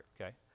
okay